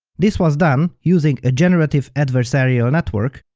this was done using a generative adversarial network,